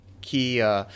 key